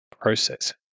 process